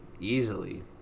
easily